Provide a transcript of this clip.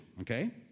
okay